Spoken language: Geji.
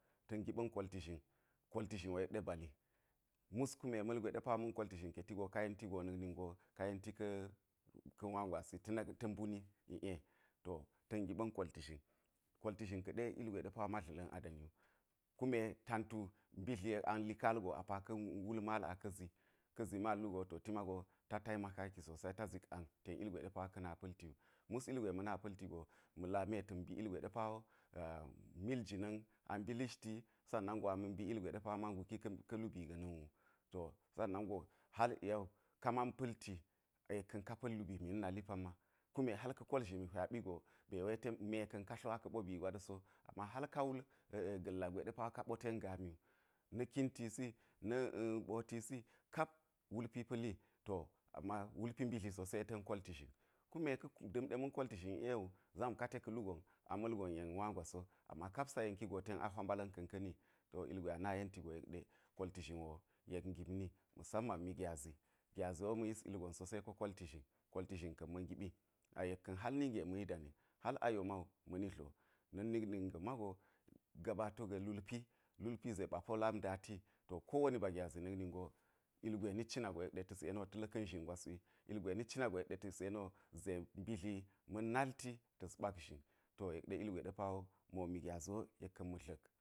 Ta̱n giɓa̱n kolti zhin kolti zhin wo yek ɗe bali ms ma̱lgwe pa wo ma̱n kolti zhin ka̱ɗe ti ka yen go na̱k nin go ka yenti ka̱ wa gwasi ta̱ mbuni iˈe to ta̱n giɓa̱n kolti zhin kolti zhin ka̱ɗe ilgwe ɗe pa ma dla̱la̱n a dani wu kume tantu mbi dli yek ang li kaal go apa ka̱ ka̱ wul mal aka̱ zi ka̱ zi maal wugo to ti mago ta taimaka ki sosai ta zik ang ten ilgwe ɗe pa wo ka̱ na pa̱lti wu mus ilgwe ma̱ na pa̱lti go ma̱ lamita̱n mbi ilgwe ɗe ɗe pa wo mil jina̱n a mbi listi sanna go a mbi ilgwe ɗe pa wo ma nguki ka̱ lbii ga̱na̱n wu to sannan go hal i yau ka nan pa̱lti yek ka̱n ka pa̱l lubimii na̱ nali pamma kme hal ka̱ kol zhimi hwaɓi go be we ten me ka̱n ka tlo aka̱ ɓo bii gwa ɗa̱ so ama hal ka wul ga̱lla gwe ɗe ka ɓoten gaami wu na̱ kintisi na̱ ɓotisi kap wulpi pa̱li to ama wulpi mbidli so se ten kolti zhin kume ka̱ da̱m ɗe ma̱n kolti zhin iˈe wu zam ka te ka̱ lu ga̱n a mal gon yen wa gwa so, ama kap sa yenkigo ten awa mbala̱n ka̱n ka̱ ni to ilgwe a na yenti go yek ɗe, kolti zhin wo yek gipni ma̱samman mi gyazi gyazi wo ma̱ yisi lgon so se ko kolti zhin, kolti zhinka̱n ma̱ giɓi a yekka̱nhal nige ma̱ yi dani hal ayo ma wu ma̱ ni dlo donna̱k ninga̱n mago gabato ga̱ lulpi llpi ze ɓa polamndati. kowoni ba gyazi na̱k ningo ilgwe nit cina go yek ɗe ta̱s yeni wo ta̱ laka̱m zhingwas wi, ilgwe nit cina go yek ɗe ta̱s yeno ze bi dli ma̱n nalti ta̱s ɓak zhin yek ɗe ilgwe ɗe pa wo mo mi gyazi wo yek ka̱nma̱ dla̱k.